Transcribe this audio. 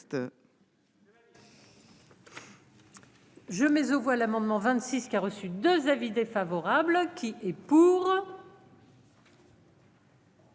Je mais aux voix l'amendement 26 qui a reçu 2 avis défavorables qui est.